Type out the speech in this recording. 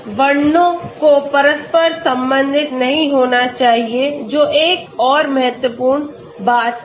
इन वर्णनों को परस्पर संबंधित नहीं होना चाहिए जो एक और महत्वपूर्ण बात है